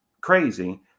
crazy